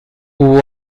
hubo